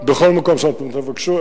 בכל מקום שאתם תבקשו.